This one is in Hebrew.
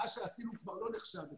מה שעשינו כבר לא נחשב אצלך,